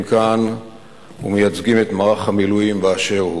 כאן ומייצגים את מערך המילואים באשר הוא.